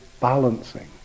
Balancing